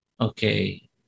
okay